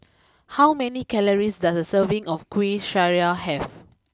how many calories does a serving of Kuih Syara have